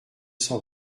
cent